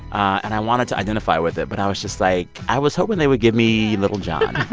and i wanted to identify with it, but i was just, like i was hoping they would give me lil jon